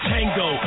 Tango